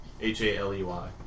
H-A-L-E-Y